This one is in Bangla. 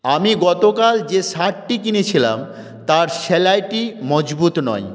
আমি গতকাল যে শার্টটি কিনেছিলাম তার সেলাইটি মজবুত নয়